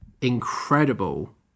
incredible